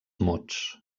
mots